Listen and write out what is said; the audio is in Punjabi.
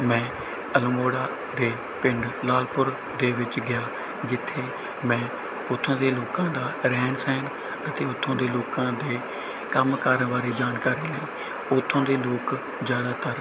ਮੈਂ ਅਲਮੋੜਾ ਦੇ ਪਿੰਡ ਲਾਲਪੁਰ ਦੇ ਵਿੱਚ ਗਿਆ ਜਿੱਥੇ ਮੈਂ ਉੱਥੋਂ ਦੇ ਲੋਕਾਂ ਦਾ ਰਹਿਣ ਸਹਿਣ ਅਤੇ ਉੱਥੋਂ ਦੇ ਲੋਕਾਂ ਦੇ ਕੰਮਕਾਰ ਬਾਰੇ ਜਾਣਕਾਰੀ ਲਈ ਉੱਥੋਂ ਦੇ ਲੋਕ ਜ਼ਿਆਦਾਤਰ